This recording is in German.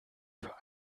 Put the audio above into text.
für